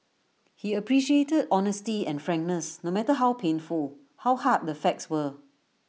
he appreciated honesty and frankness no matter how painful how hard the facts were